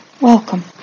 welcome